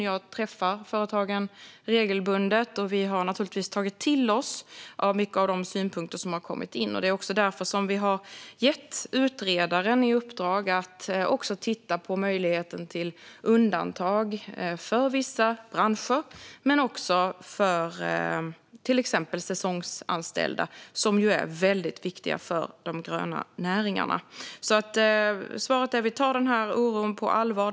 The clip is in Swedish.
Jag träffar företagen regelbundet, och vi har naturligtvis tagit till oss mycket av de synpunkter som kommit in. Det är därför vi har gett utredaren i uppdrag att också titta på möjligheten till undantag för vissa branscher men också för till exempel säsongsanställda, som ju är väldigt viktiga för de gröna näringarna. Svaret är alltså att vi tar den här oron på allvar.